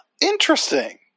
Interesting